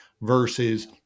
versus